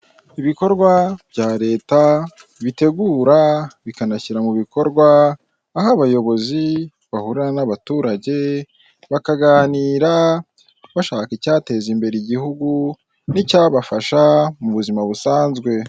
Ibikorwa bya Leta, bitegura bikanashyira mu bikorwa, aho abayobozi bahurira n'abaturage, bakaganira bashaka icyateza imbere igihugu n'icyabafasha mu buzima busanzwe.